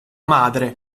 madre